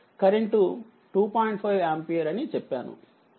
5 ampere అనిచెప్పాను